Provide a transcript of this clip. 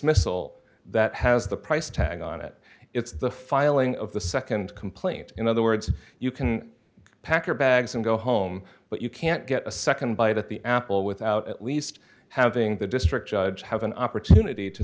missal that has the price tag on it it's the filing of the nd complaint in other words you can pack your bags and go home but you can't get a nd bite at the apple without at least having the district judge have an opportunity to